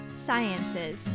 Sciences